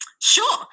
Sure